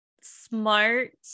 smart